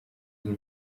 iyi